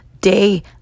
day